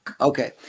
okay